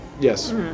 Yes